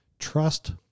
trust